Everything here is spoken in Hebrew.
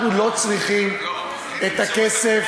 אנחנו לא צריכים את הכסף